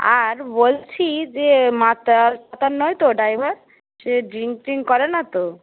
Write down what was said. আর বলছি যে মাতাল টাতাল নয়তো ড্রাইভার সে ড্রিঙ্ক ট্রিঙ্ক করেনা তো